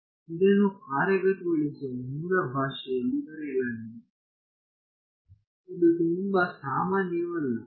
ಇದನ್ನು ಕಾರ್ಯಗತಗೊಳಿಸಿದ ಮೂಲ ಭಾಷೆಯಲ್ಲಿ ಬರೆಯಲಾಗಿದೆ ಅದು ತುಂಬಾ ಸಾಮಾನ್ಯವಲ್ಲ